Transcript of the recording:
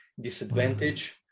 disadvantage